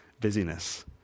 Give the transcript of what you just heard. busyness